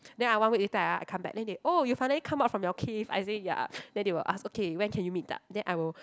then I one week later ah I come back then they oh you finally come out from your cave I said ya then they will ask okay when can you meet up then I will